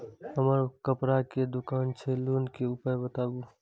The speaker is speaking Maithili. हमर कपड़ा के दुकान छै लोन के उपाय बताबू?